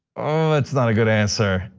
ah it's not a good answer.